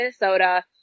Minnesota